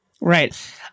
right